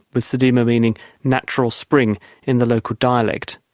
with sediba meaning natural spring in the local dialect.